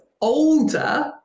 Older